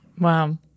Wow